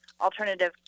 alternative